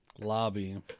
lobby